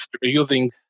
using